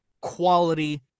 quality